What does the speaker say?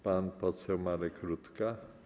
Pan poseł Marek Rutka.